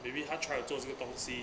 maybe 他 try to 做这个东西